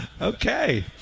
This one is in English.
Okay